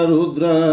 Rudra